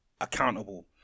accountable